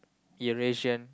Eurasian